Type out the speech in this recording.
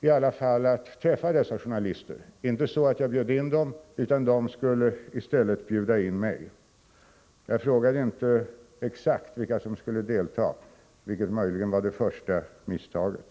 i alla fall att träffa dessa journalister. Det var inte så att jag bjöd in dem, utan de skulle i stället bjuda in mig. Jag frågade inte exakt vilka som skulle delta, vilket möjligen var det första misstaget.